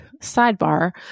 Sidebar